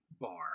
bar